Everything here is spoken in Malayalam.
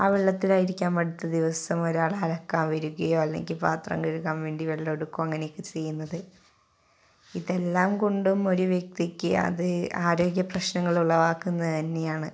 ആ വെള്ളത്തിലായിരിക്കാം അടുത്ത ദിവസം ഒരാൾ അലക്കാൻ വരികയോ അല്ലെങ്കിൽ പാത്രം കഴുകാൻ വേണ്ടി വെള്ളം എടുക്കുകയോ അങ്ങനെ ഒക്കെ ചെയ്യുന്നത് ഇതെല്ലാം കൊണ്ടും ഒരു വ്യക്തിക്ക് അത് ആരോഗ്യ പ്രശ്നങ്ങൾ ഉളവാക്കുന്നത് തന്നെയാണ്